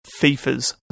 FIFAs